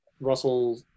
Russell